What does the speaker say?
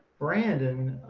branden.